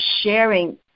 sharing